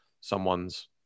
someone's